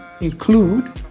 include